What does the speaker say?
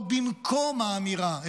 לא במקום האמירה,